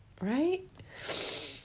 right